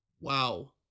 Wow